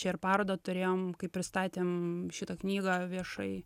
čia ir parodą turėjom kai pristatėm šitą knygą viešai